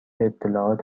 اطلاعات